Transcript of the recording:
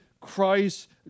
Christ